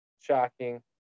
shocking